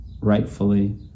rightfully